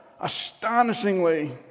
astonishingly